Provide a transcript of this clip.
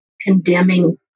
condemning